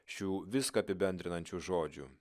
šių viską apibendrinančių žodžių